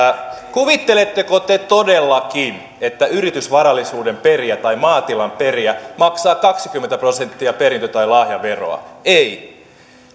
kuvitteletteko te todellakin että yritysvarallisuuden perijä tai maatilan perijä maksaa kaksikymmentä prosenttia perintö tai lahjaveroa ei